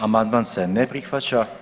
Amandman se ne prihvaća.